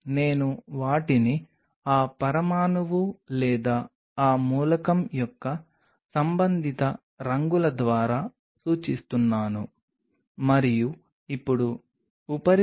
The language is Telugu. అప్పుడు మనకు లామినిన్ కణాలు ఇంటర్గ్రీన్ గ్రాహకాలుగా ఉంటాయి మరియు ఈ లామినిన్లు మనం దానికి వచ్చే సమగ్రానికి కట్టుబడి ఉంటాయి